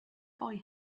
boy